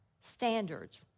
standards